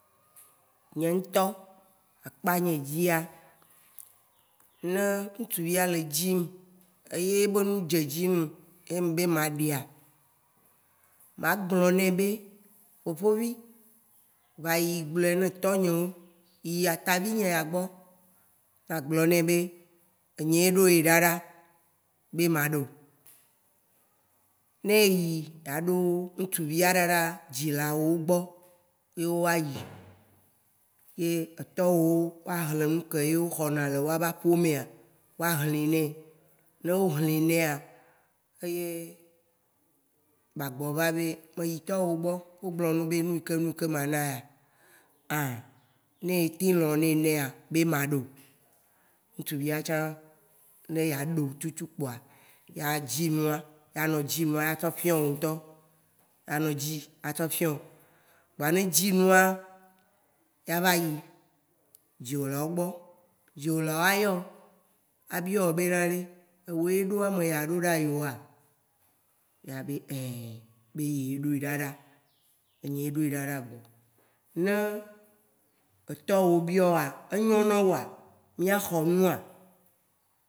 Nyé ŋ'tɔ, akpanyédzia, né ŋ'tsuvia lédzim, éyé ébé nu dzédzi nuŋ, ye ŋbé ma ɖéa, ma gblɔnè bé, fofovi, vayi gblɔɛné tɔnyéwo. Yi atavinyé ya gbɔ. Na gblɔnè bé, ényĩ yé ɖoyé ɖaɖa bé ma ɖéo. Né eyi, naɖo ŋ'tsuvia ɖaɖa dzilawoo gbɔ. Yé wa yi yé, étɔ wò wo a hlĩ nuke yé wohɔna lé woabe aƒemea. wa hlĩ nɛ. Né o hlĩ nɛa, éyé ba gbɔva bé, mé yi tɔwoo gbɔ, o glɔnum bé énuiké énuiké ma na ya. Ã, né eteŋ lɔ̃ né enɛa, bé ma ɖéo. Ŋtsuvia tsã, né éaɖéo tsutsutsu kpoa, a dzi nua. anɔ dzi nua atsɔ fiã wo ŋ'tɔ. anɔ dzi atsɔ fiõo. Vɔ né édzi nua, a vayi dziwolawo gbɔ. dziwolao ayɔo, abiwo bénaɖe, éwo yé ɖo améya ɖoɖa yewoa? Na bé ɛ bé ye ɖoe ɖaɖa. Eyé ɖoé ɖaɖa gbɔo. Né étɔwo wo bio woa, ényɔ na woa, mia xɔ nua, étsɔ ma va ɖo ya va dzo lé gbɔ. Ɛ, nyĩ ŋ'tɔ bé mi né xɔɛ. Etɔwoo tsã a biɔ wo nɛnɛ. Né etɔwoo biɔ nenema, éɖé fiɔ̃ bé, afiké edza dzo lé wagbɔ ava yi nɔa, ele nyanyame nɛ dzilawo. Ele nyanyame nɛ srɔ̃ɖeƒé tsã tsi nɛ edzayia. Enu ke o tsɔ ɖe na srɔ̃a, wa trɔ va hlĩwo nɛ srɔ̃woa. Ewɔ afɔɖéɖé amave éma. A gba trɔ a dzo. Né éyia, ava yi dzi, atsɔ hĩ va. A tsɔ ava na. Wa gba yɔwo ké, woa gblɔ̃ na wo be, srɔ̃woo va. yewo tsɔ, yewo hlĩ srɔ̃ɖeɖe bé nuwo nɛ. Nu hlĩhlĩawo, woawe ya ye bé hĩva. Enyɔa? miaxɔɛa? A hlĩ wo ŋ'tɔ tɔwo tsã. A hlĩ etɔwoo tsã tɔa, a hlĩ tashiwo tɔa nɛ. Ba tso wó kekeŋ a tsɔ hĩva. Wo ŋ'tɔ tsã anɔ nyanya lé dziwome be amema, edza ɖé yé le yébé dzilawo gbɔ tsutsu ɛma. Kpoa, evɔ baa bava tsɔ nua na nɛnɛma. Etɔwoo a gba yɔwo atsɔ glɔnɔ. A biɔo alɔ̃nɛ bé ɛ fima yi yé yele éma.